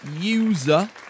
user